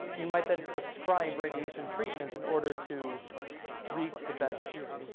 you might then prescribe radiation treatments in order to reap the benefits.